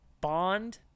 Bond